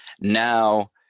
now